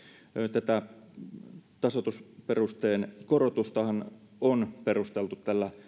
tätä tasoitusperusteen korotustahan on perusteltu